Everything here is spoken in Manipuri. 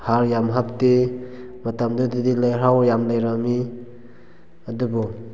ꯍꯥꯔ ꯌꯥꯝ ꯍꯥꯞꯇꯦ ꯃꯇꯝꯗꯨꯗꯗꯤ ꯂꯩꯍꯥꯎ ꯌꯥꯝ ꯂꯩꯔꯝꯃꯤ ꯑꯗꯨꯕꯨ